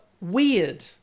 weird